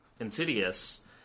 Insidious